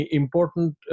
important